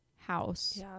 house